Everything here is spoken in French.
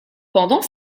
pendant